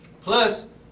plus